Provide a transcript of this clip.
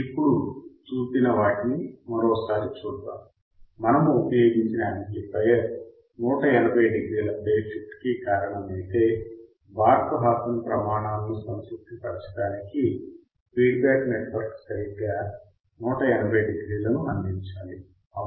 ఇప్పుడు చూపిన వాటిని మరోసారి చూద్దాం మనము ఉపయోగించిన యాంప్లిఫయర్ 180 డిగ్రీల ఫేజ్ షిఫ్ట్ కి కారణమైతే బార్క్ హాసన్ ప్రమాణాలను సంతృప్తి పరచడానికి ఫీడ్బ్యాక్ నెట్వర్క్ సరిగ్గా 180 డిగ్రీలను అందించాలి అవునా